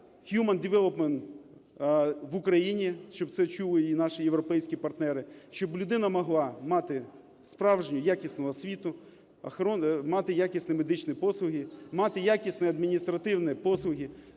human development в Україні, щоб це чули і наші європейські партнери, щоб людина могла мати справжню, якісну освіту, мати якісні медичні послуги, мати якісне адміністративні послуги,